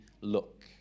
look